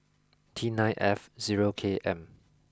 T nine F zero K M